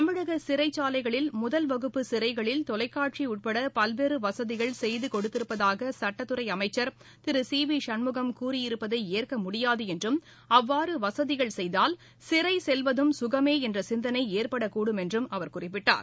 தமிழக சிறைச்சாலைகளில் முதல் வகுப்பு சிறைகளில் தொலைக்காட்சி உட்பட பல்வேறு வசதிகள் செய்து கொடுத்திருப்பதாக சட்டத்துறை அமைச்சா் திரு சி வி சண்முகம் கூறியிருப்பதை ஏற்க முடியாது என்றும் அவ்வாறு வசதிகள் செய்தால் சிறை செல்வதும் சுகமே என்ற சிந்தனை ஏற்படக்கூடும் என்றும் அவர் குறிப்பிட்டார்